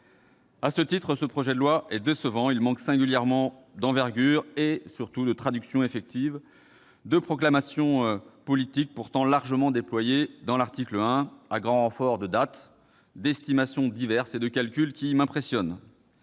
À ce titre, le projet de loi est décevant. Il manque singulièrement d'envergure et, surtout, de traduction effective de proclamations politiques pourtant largement déployées à l'article 1 à grand renfort de dates, d'estimations diverses et de calculs qui m'impressionnent